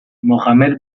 mohamed